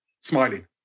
smiling